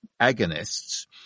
agonists